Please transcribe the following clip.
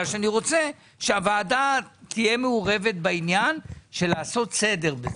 אלא בגלל שאני רוצה שהוועדה תהיה מעורבת בעניין עשיית סדר בזה.